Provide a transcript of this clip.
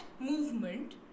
movement